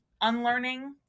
unlearning